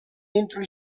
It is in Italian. entro